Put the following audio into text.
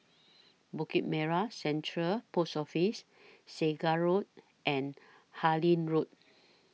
Bukit Merah Central Post Office Segar Road and Harlyn Road